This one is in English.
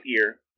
ear